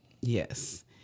yes